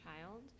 child